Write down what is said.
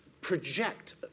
project